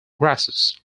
grasses